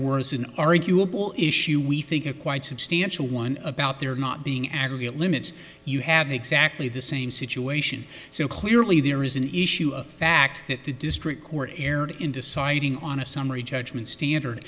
an arguable issue we think a quite substantial one about there not being aggregate limits you have exactly the same situation so clearly there is an issue of fact that the district court erred in deciding on a summary judgment standard